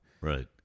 Right